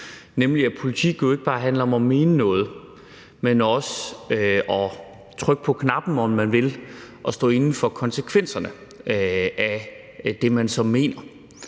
nemlig at politik jo ikke bare handler om at mene noget, men også om at trykke på knappen, om man vil, og stå inde for konsekvenserne af det, man så mener.